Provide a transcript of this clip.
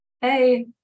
hey